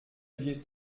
aviez